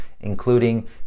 including